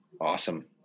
Awesome